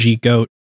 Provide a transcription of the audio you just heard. goat